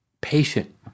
patient